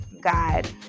god